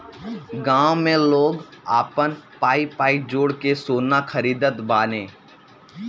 गांव में लोग आपन पाई पाई जोड़ के सोना खरीदत बाने